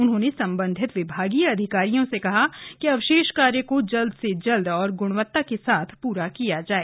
उन्होंने सम्बन्धित विभागीय अधिकारियों से कहा कि अवशेष कार्य को जल्द से जल्द और ग्णवत्ता के साथ पूरा किया जाए